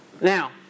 Now